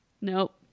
Nope